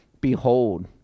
Behold